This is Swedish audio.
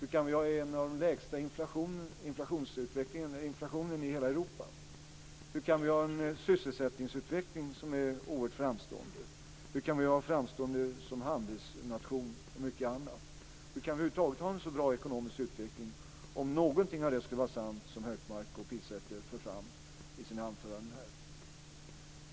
Hur kan vi ha en inflation som är en av de lägsta i hela Europa? Hur kan vi ha en sysselsättningsutveckling som är oerhört framstående? Hur kan vi vara så framstående som handelsnation och mycket annat? Hur kan vi över huvud taget ha en så bra ekonomisk utveckling om något av det som Hökmark och Pilsäter här för fram skulle vara sant?